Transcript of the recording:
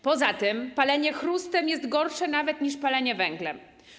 Poza tym palenie chrustem jest gorsze nawet niż palenie węglem.